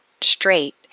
straight